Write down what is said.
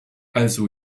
also